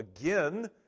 again